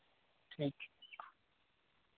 ठीक